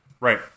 Right